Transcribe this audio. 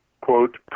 quote